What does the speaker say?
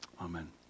Amen